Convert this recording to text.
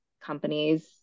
companies